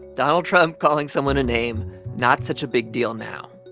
donald trump calling someone a name not such a big deal now.